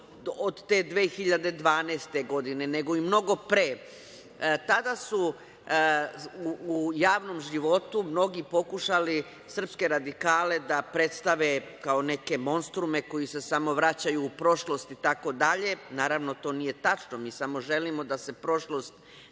od te 2012. godine, nego i mnogo pre, tada su u javnom životu mnogi pokušali srpske radikale da predstave kao neke monstrume koji se samo vraćaju u prošlost itd. naravno, to nije tačno, mi samo želimo da se prošlost